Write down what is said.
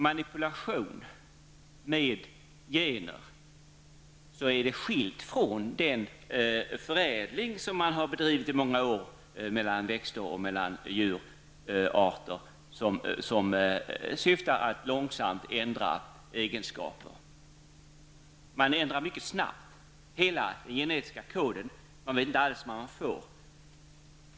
Manipulation med gener är skilt från den förädling av växter och djurarter som har bedrivits under många år och som syftar till att långsamt förändra egenskaper. Om man mycket snabbt ändrar hela den genetiska koden, vet man inte alls vad resultatet blir.